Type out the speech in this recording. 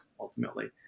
ultimately